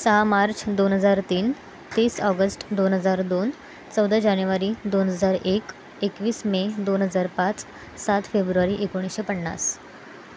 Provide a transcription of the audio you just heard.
सहा मार्च दोन हजार तीन तीस ऑगस्ट दोन हजार दोन चौदा जानेवारी दोन हजार एक एकवीस मे दोन हजार पाच सात फेब्रुवारी एकोणीसशे पन्नास